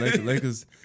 Lakers